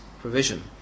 provision